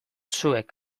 zuek